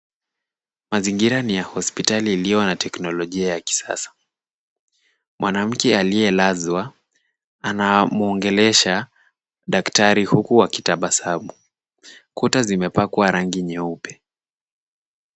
Mazingira ni hospitali iliyo na teknolojia ya kisasa. Mwanamke aliyelazwa anamwongelesha daktari huku akitabasamu. Kuta zimepakwa rangi nyeupe.